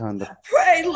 Pray